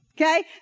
Okay